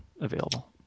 available